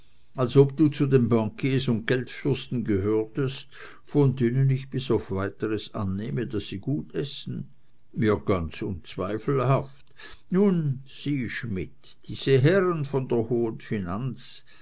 als ob du zu den bankiers und geldfürsten gehörtest von denen ich bis auf weiteres annehme daß sie gut essen mir ganz unzweifelhaft nun sieh schmidt diese herren von der hohen finanz